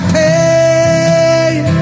pain